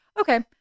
Okay